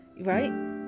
right